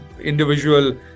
individual